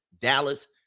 Dallas